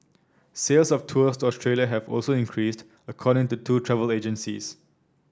sales of tours to Australia have also increased according to two travel agencies